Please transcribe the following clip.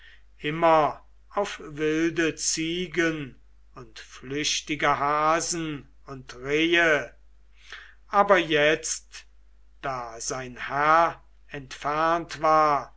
immer auf wilde ziegen und flüchtige hasen und rehe aber jetzt da sein herr entfernt war